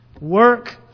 Work